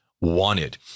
wanted